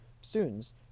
students